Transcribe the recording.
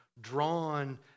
drawn